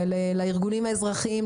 לארגונים האזרחיים,